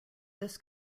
this